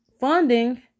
funding